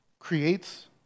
creates